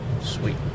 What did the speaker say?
Sweet